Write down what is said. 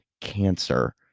cancer